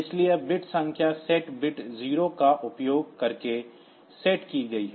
इसलिए यह बिट संख्या सेट बिट 0 का उपयोग करके सेट की गई है